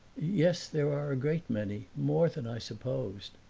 yes, there are a great many more than i supposed.